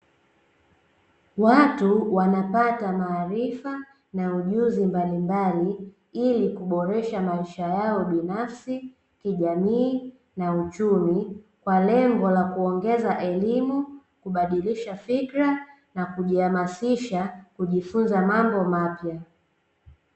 Watu wanapata maarifa na ujuzi mbalimbali ili kuboresha maisha yao binafsi, kijamii na uchumi; kwa lengo la kuongeza elimu, kubadilisha fikra na kujihamasisha kujifunza mambo mapya.